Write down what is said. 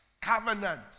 Covenant